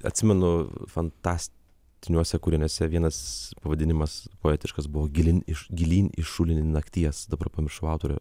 atsimenu fantastiniuose kūriniuose vienas pavadinimas poetiškas buvo gilin iš gilyn į šulinį nakties dabar pamiršau autorių